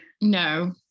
no